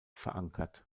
verankert